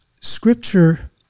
Scripture